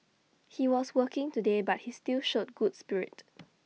he was working today but he still showed good spirit